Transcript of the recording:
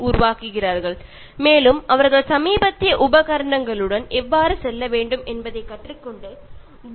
അതുപോലെ അവർക്ക് ഏറ്റവും പുതിയ ഉപകരണങ്ങൾ ഉപയോഗിച്ച് എങ്ങനെ ഇതിൽ നിന്നൊക്കെ രക്ഷ നേടാം എന്നും അറിയാമായിരിക്കും